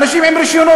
אנשים עם רישיונות.